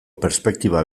perspektiba